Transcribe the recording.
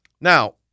Now